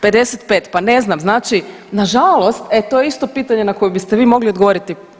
55, pa ne znam, znači nažalost e to je isto pitanje na koje biste vi mogli odgovoriti.